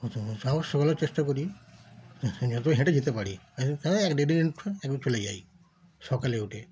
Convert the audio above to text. আচ্ছা আমি তাও সকালে চেষ্টা করি যত হেঁটে যেতে পারি এই এক দেড় ঘন্টা একবারে চলে যাই সকালে উঠে